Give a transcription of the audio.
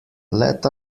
let